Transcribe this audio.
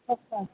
अच्छा